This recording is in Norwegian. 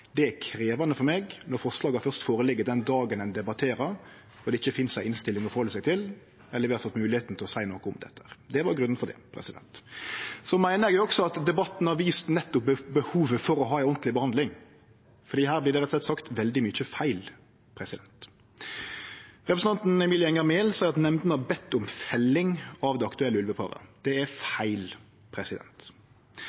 Det er krevjande for meg når forslaga først ligg føre den dagen ein debatterer og det ikkje finst ei innstilling å halde seg til eller vi har fått moglegheit til å seie noko om dette. Det var grunnen til det. Så meiner eg også at debatten har vist nettopp behovet for å ha ei ordentleg behandling, for her vert det rett og slett sagt veldig mykje feil. Representanten Emilie Enger Mehl seier at nemndene har bedt om felling av det aktuelle ulveparet. Det er